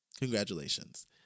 Congratulations